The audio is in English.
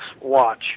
watch